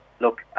Look